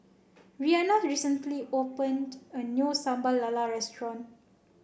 Rianna recently opened a new Sambal Lala restaurant